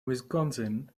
wisconsin